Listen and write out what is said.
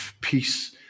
peace